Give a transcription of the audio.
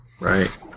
Right